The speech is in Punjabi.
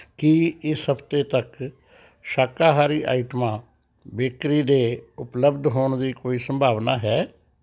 ਕੀ ਇਸ ਹਫ਼ਤੇ ਤੱਕ ਸ਼ਾਕਾਹਾਰੀ ਆਈਟਮਾਂ ਬੇਕਰੀ ਦੇ ਉਪਲਬਧ ਹੋਣ ਦੀ ਕੋਈ ਸੰਭਾਵਨਾ ਹੈ